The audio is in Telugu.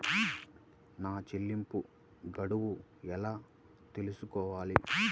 నా చెల్లింపు గడువు ఎలా తెలుసుకోవాలి?